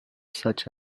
such